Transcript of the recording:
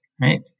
right